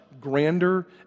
grander